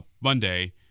Monday